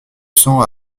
cents